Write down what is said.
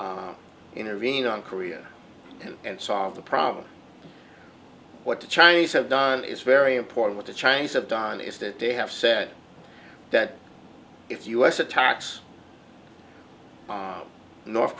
intervene on korea and solve the problem what the chinese have done is very important the chinese have done is that they have said that if u s attacks north